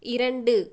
இரண்டு